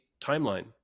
timeline